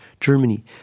Germany